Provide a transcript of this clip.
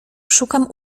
szukam